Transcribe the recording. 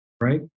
right